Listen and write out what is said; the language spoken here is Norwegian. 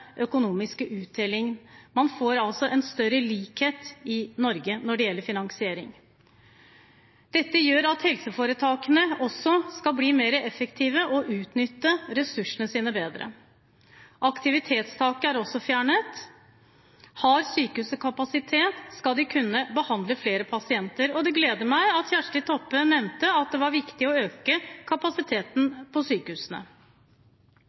økonomiske uttellingen. Man får altså en større likhet i Norge når det gjelder finansering. Dette gjør at helseforetakene også skal bli mer effektive og utnytte ressursene sine bedre. Aktivitetstaket er også fjernet. Har sykehuset kapasitet, skal de kunne behandle flere pasienter. Det gleder meg at Kjersti Toppe nevnte at det var viktig å øke kapasiteten på sykehusene.